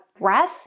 breath